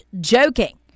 joking